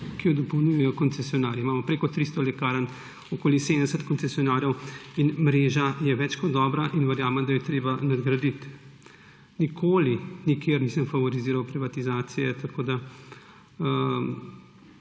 ki jo dopolnjujejo koncesionarji. Imamo več kot 300 lekarn, okoli 70 koncesionarjev in mreža je več kot dobra in verjamem, da jo je treba nadgraditi. Nikoli nikjer nisem favoriziral privatizacije, tako da